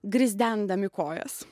grizdendami kojas